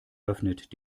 öffnet